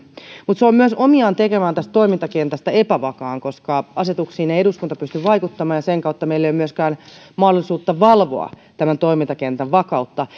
mutta se on myös omiaan tekemään tästä toimintakentästä epävakaan koska asetuksiin ei eduskunta pysty vaikuttamaan ja sen kautta meillä ei ole myöskään mahdollisuutta valvoa tämän toimintakentän vakautta